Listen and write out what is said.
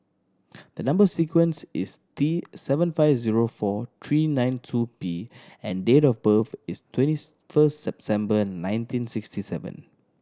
the number sequence is T seven five zero four three nine two P and date of birth is twentieth first September nineteen sixty seven